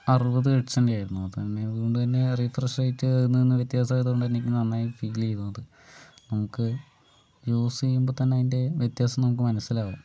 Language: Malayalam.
അറുപത് ഹെഡ്സിൻ്റെ ആയിരുന്നു അതുകൊണ്ട് തന്നെ റീഫ്രഷ് റേറ്റ് അതിൽനിന്ന് വ്യത്യാസമായത് കൊണ്ട് തന്നെ എനിക്ക് നന്നായി ഫീല് ചെയ്തു അത് നമുക്ക് യൂസ് ചെയ്യുമ്പോൾ തന്നെ അതിൻ്റെ വ്യത്യാസം നമുക്ക് മനസ്സിലാകും